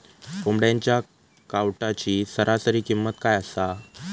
कोंबड्यांच्या कावटाची सरासरी किंमत काय असा?